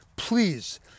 Please